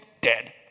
dead